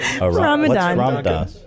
Ramadan